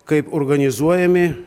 kaip organizuojami